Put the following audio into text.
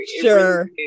Sure